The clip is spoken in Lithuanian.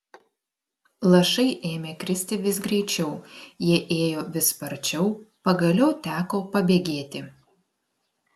lašai ėmė kristi vis greičiau jie ėjo vis sparčiau pagaliau teko pabėgėti